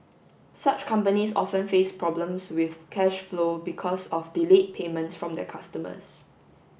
such companies often face problems with cash flow because of delayed payments from their customers